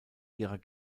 ihrer